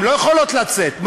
הן לא יכולות לצאת,